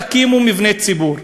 תקימו מבנה ציבור.